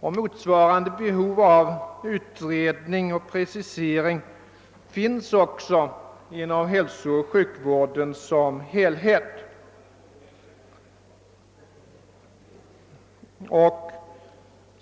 och motsvarande behov av utredning och precisering finns även inom hälsooch sjukvården som helhet.